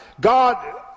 God